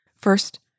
First